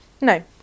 No